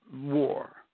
war